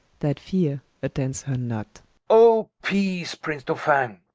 that feare attends her not o peace, prince dolphin,